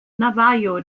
navajo